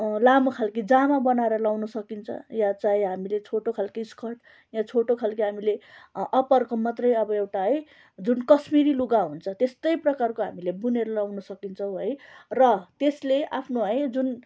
लामो खालको जामा बनाएर लाउन सकिन्छ या चाहे हामीले छोटो खालको स्कर्ट या छोटो खालके हामीले अप्परको मात्रै अब एउटा जुन कसमिरी लुगा हुन्छ त्यस्तै प्रकारको हामीले बुनेर लाउन सकिन्छौँ है र त्यसले आफ्नो है जुन